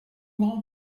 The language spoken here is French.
grand